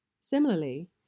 Similarly